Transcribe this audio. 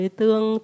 tương